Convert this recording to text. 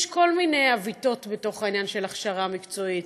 יש כל מיני עיוותים בעניין של הכשרה מקצועית,